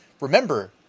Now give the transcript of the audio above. Remember